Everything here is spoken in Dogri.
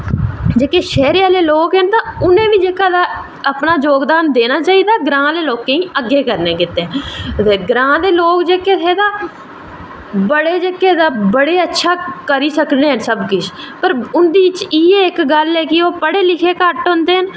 जेह्के शैह्रे आह्ले लोग न तां उने बी जेह्का अपना जोगदान देना चाही दा ग्रांऽ आह्ले लोकें गी अग्गैं करने गित्तै ते ग्रांऽ दे लोग जेह्के हे तां बड़े जेह्का बड़ा करी सकदे न पर उंदे च इयै गल्ल ऐ इक कि ओह् पढ़े लिखे घट्ट होंदे न